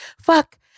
fuck